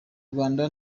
rwanda